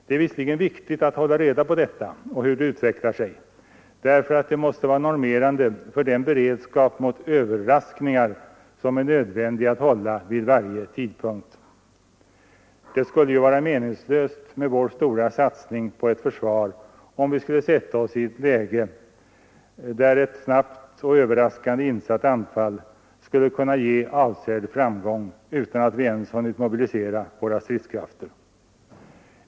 Det är emellertid viktigt att hålla reda på hur detta utvecklar sig, eftersom det måste vara normerande för den beredskap mot överraskningar som är nödvändig att hålla vid varje tidpunkt. Det vore ju meningslöst med vår stora satsning på ett försvar, om vi skulle sätta oss i ett läge där ett snabbt och överraskande insatt anfall skulle kunna ge avsedd framgång utan att vi ens hunnit mobilisera våra stridskrafter.